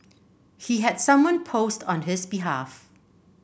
he had someone post on his behalf